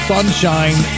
Sunshine